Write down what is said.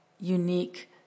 unique